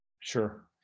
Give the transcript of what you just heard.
Sure